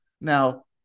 Now